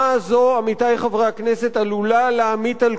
עלולה להמיט על כולנו אסון חסר תקדים.